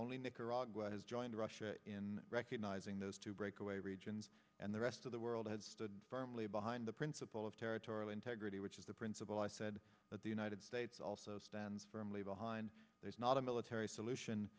only nicaragua has joined russia in recognizing those two breakaway regions and the rest of the world has stood firmly behind the principle of territorial integrity which is the principle i said that the united states also stands firmly behind there's not a military solution